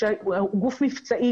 גוף מבצעי,